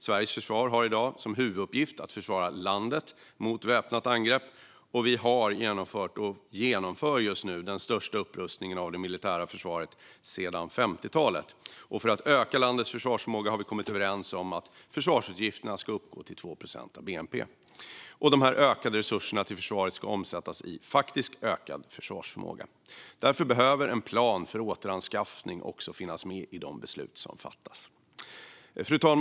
Sveriges försvar har i dag som huvuduppgift att försvara landet mot ett väpnat angrepp, och vi har genomfört och genomför just nu den största upprustningen av det militära försvaret sedan 1950-talet. För att öka landets försvarsförmåga har vi kommit överens om att försvarsutgifterna ska uppgå till 2 procent av bnp. De ökade resurserna till försvaret ska omsättas i faktisk ökad försvarsförmåga. Därför behöver en plan för återanskaffning också finnas med i de beslut som fattas. Fru talman!